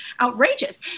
outrageous